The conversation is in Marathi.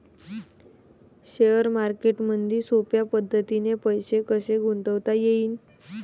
शेअर मार्केटमधी सोप्या पद्धतीने पैसे कसे गुंतवता येईन?